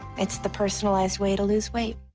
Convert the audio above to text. its the personalized way to lose weight.